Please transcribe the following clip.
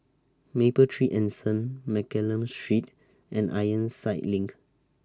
Mapletree Anson Mccallum Street and Ironside LINK